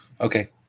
Okay